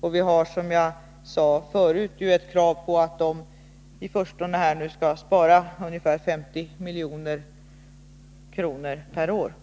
Och vi har, som jag sade förut, ett krav på att de i förstone skall spara 50 milj.kr. per år.